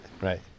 right